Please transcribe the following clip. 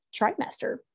trimester